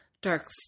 dark